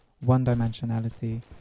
one-dimensionality